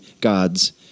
gods